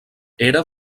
era